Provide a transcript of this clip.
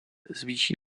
zvýší